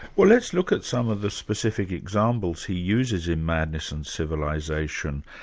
well let's look at some of the specific examples he uses in madness and civilisation.